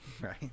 right